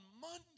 Monday